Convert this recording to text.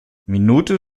minute